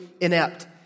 inept